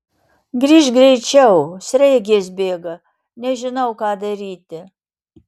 grįžk greičiau sraigės bėga nežinau ką daryti